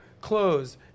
clothes